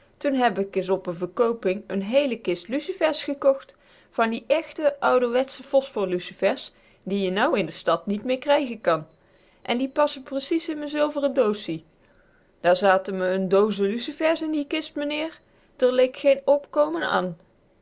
toen heb k is op n verkooping n hééle kist lucifers gekocht van die echte ouwerwetsche phosphorlucifers die je nû in de stad niet meer krijgen kan en die passen precies in me zilveren doossie daar zaten me n dzen lucifers in die kist meneer d'r leek geen opkommen an